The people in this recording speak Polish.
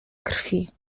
krwi